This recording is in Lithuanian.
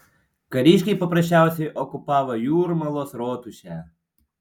kariškiai paprasčiausiai okupavo jūrmalos rotušę